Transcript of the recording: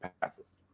passes